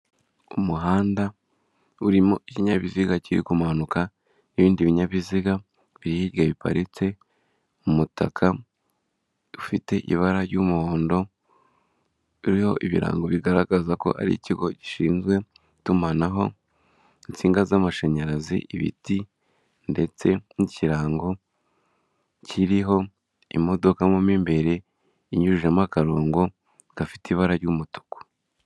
umuhanda urimo ikinyabiziga kiri kumanuka n'ibindi binyabiziga biri hirya biparitse umutaka ufite ibara ry'umuhondo ibirango bigaragaza ko ari ikigo gishinzwe itumanaho, insinga z'amashanyarazi ibiti ndetse n'ikirango kiriho imodoka mo imbere inyujijemo akarongo gafite ibara ry'umutuku.